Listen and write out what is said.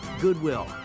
Goodwill